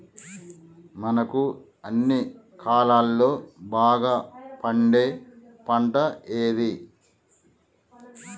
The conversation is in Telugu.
మనకు అన్ని కాలాల్లో బాగా పండే పంట ఏది?